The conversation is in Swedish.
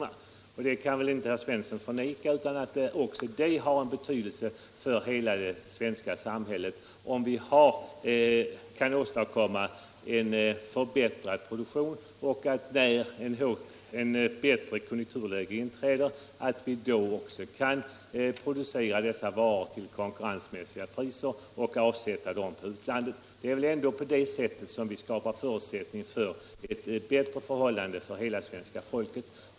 Herr Svensson i Malmö kan väl inte förneka att det har betydelse för hela det svenska samhället om vi kan åstadkomma en förbättrad produktion och om vi, när ett bättre konjunkturläge inträder, kan producera varor till konkurrensmässiga priser och avsätta varorna i utlandet. Det är väl ändå på det sättet vi skapar förutsättningar för bättre förhållanden för hela svenska folket.